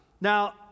Now